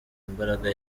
imbaraga